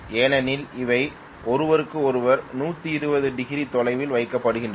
ஏனெனில் அவை ஒருவருக்கொருவர் 120 டிகிரி தொலைவில் வைக்கப்படுகின்றன